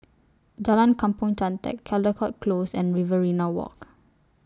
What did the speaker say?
Jalan Kampong Chantek Caldecott Close and Riverina Walk